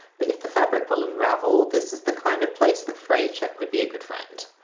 but if the fabric will unravel, this is the kind of place that fray check would be a good friend,